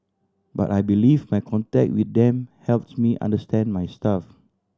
but I believe my contact with them helps me understand my staff